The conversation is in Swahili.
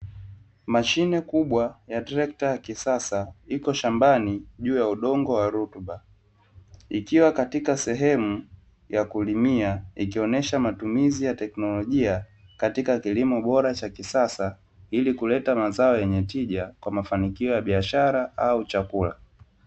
Mashine kubwa ya trekta ya kisasa iko shambani, juu ya udongo wa rutuba, ikiwa katika sehemu ya kulimia, ikionesha matumizi ya teknolojia katika kilimo bora cha kisasa, ili kuleta mazao yenye tija kwa mafanikio ya biashara au chakula.